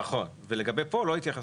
ולגבי פה, לא התייחסו.